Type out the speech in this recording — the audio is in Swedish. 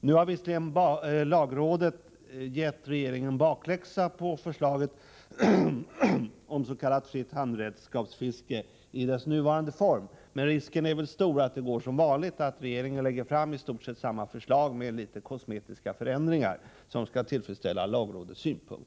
Nu har visserligen lagrådet gett regeringen bakläxa på förslaget om s.k. fritt handredskapsfiske i dess nuvarande form, men risken är väl stor att det går som vanligt: att regeringen lägger fram i stort sett samma förslag med litet kosmetiska förändringar som skall tillfredsställa lagrådets synpunkter.